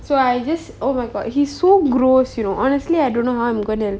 so I just oh my god he's so gross you know honestly I don't know how I'm gonna